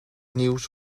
nieuws